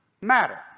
matter